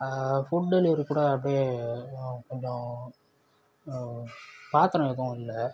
food delivery கூட அப்படியே கொஞ்சம் பாத்திரம் எதுவும் இல்லை